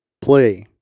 play